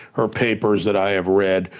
her papers that i have read,